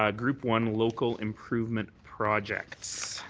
ah group one, local improvement projects.